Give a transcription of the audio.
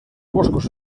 boscos